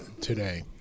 today